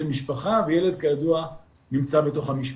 משפחה וילד כידוע נמצא בתוך המשפחה.